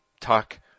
talk